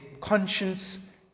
conscience